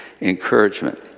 encouragement